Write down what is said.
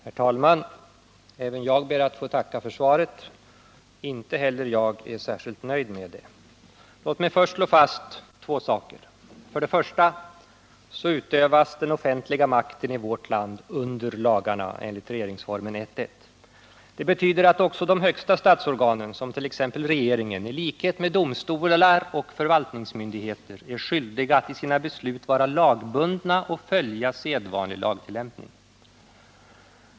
Herr talman! Även jag ber att få tacka för svaret. Inte heller jag är särskilt nöjd med det. Låt mig först slå fast två saker: 1. Den offentliga makten i vårt land utövas under lagarna, enligt regeringsformen 1:1. Det betyder att också de högsta statsorganen, t.ex. regeringen, i likhet med domstolar och förvaltningsmyndigheter är skyldiga att i sina beslut vara lagbundna och följa sedvanlig lagtillämpning.